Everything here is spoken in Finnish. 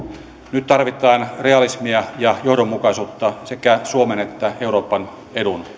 nyt tarvitaan realismia ja johdonmukaisuutta sekä suomen että euroopan edun